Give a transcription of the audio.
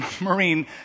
Marine